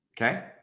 Okay